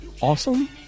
Awesome